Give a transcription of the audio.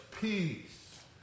peace